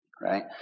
right